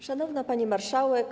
Szanowna Pani Marszałek!